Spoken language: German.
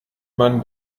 man